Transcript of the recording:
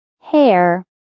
Hair